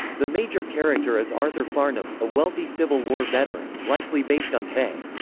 the major character is arthur farnham, a wealthy civil war veteran, likely based on hay.